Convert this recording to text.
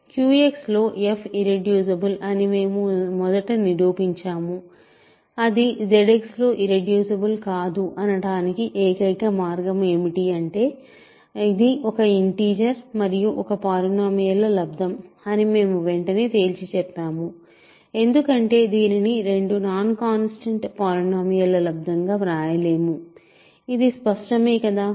QX లో f irreducible అని మేము మొదట నిరూపించాము అది ZX లో ఇర్రెడ్యూసిబుల్ కాదు అనటానికి ఏకైక మార్గం ఏమిటి అంటే ఇది ఒక ఇంటిజర్ మరియు ఒక పాలినోమియల్ ల లబ్దం అని మేము వెంటనే తేల్చిచెప్పాము ఎందుకంటే దీనిని రెండు నాన్ కాన్స్టెంట్ పాలినోమియల్ ల లబ్దం గా వ్రాయలేము ఇది స్పష్టమే కదా